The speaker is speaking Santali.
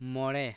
ᱢᱚᱬᱮ